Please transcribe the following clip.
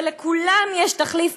ולכולם יש תחליף,